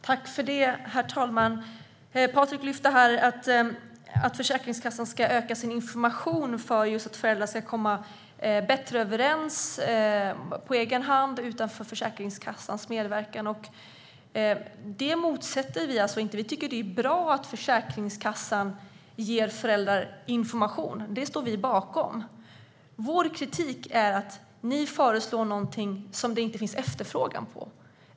Herr talman! Patrik sa att Försäkringskassan ska öka sin information så att föräldrar ska kunna komma bättre överens på egen hand och utan Försäkringskassans medverkan. Det motsätter vi oss inte. Det är bra att Försäkringskassan ger föräldrar information. Det står vi bakom. Vår kritik handlar om att ni föreslår något som det inte finns efterfrågan på.